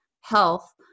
health